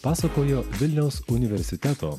pasakojo vilniaus universiteto